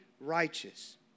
righteous